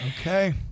Okay